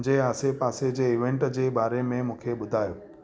मुंहिंजे आसे पासे जे इवेन्ट जे बारे में मूंखे ॿुधायो